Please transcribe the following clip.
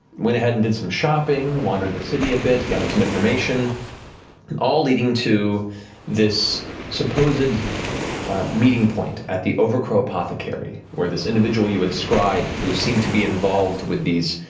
went ahead and did some shopping, wandered the city a bit, gathered some information, and all leading to this supposed meeting point at the overcrow apothecary where this individual you had scryed, who seemed to be involved with these